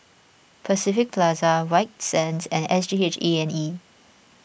Pacific Plaza White Sands and S G H A and E